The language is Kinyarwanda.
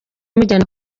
imujyana